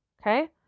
Okay